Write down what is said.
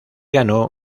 ganó